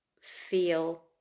feel